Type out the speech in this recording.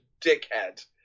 dickhead